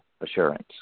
assurance